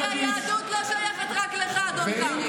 כי היהדות לא שייכת רק לך, אדון קרעי.